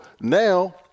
now